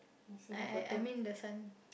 I I I mean the son